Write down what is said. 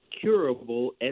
curable